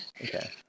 Okay